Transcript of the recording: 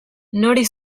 nori